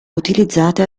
utilizzate